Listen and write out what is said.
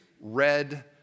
red